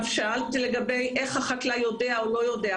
את שאלת לגבי איך החקלאי יודע או לא יודע,